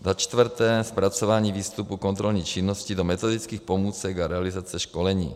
Za čtvrté zpracování výstupu kontrolní činnosti do metodických pomůcek a realizace školení.